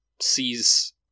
sees